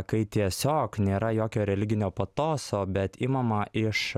kai tiesiog nėra jokio religinio patoso bet imama iš